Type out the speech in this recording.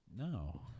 No